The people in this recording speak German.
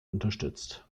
unterstützt